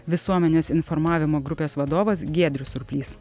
visuomenės informavimo grupės vadovas giedrius surplys